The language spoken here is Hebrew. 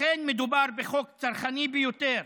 לכן מדובר בחוק צרכני ביותר.